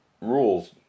rules